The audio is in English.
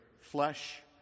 flesh